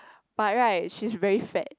but right she's very fat